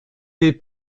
des